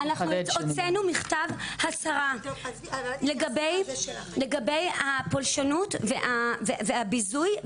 אנחנו הוצאנו מכתב הצהרה לגבי הפולשנות והביזוי.